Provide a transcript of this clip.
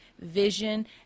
vision